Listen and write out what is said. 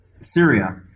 syria